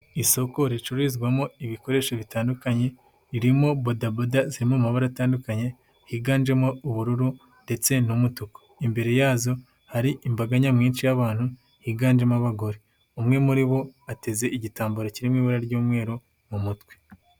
Isoko ricururizwamo ibikoresho bitandukanye ririmo bodaboda ziri mu mabara atandukanye higanjemo ubururu ndetse n'umutuku, imbere yazo hari imbaga nyamwinshi y'abantu higanjemo abagore, umwe muri bo ateze igitambaro kirimo ibara ry'umweru mu mutwe.